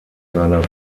seiner